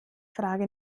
frage